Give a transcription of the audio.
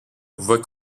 voit